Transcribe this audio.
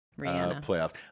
playoffs